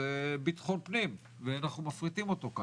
ביטחון פנים ופה אנחנו מפריטים אותו.